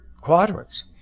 quadrants